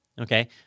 Okay